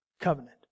covenant